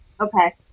okay